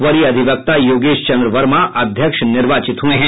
वरीय अधिवक्ता योगेश चंद्र वर्मा अध्यक्ष निर्वाचित हुये हैं